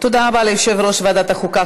תודה רבה ליושב-ראש ועדת החוקה,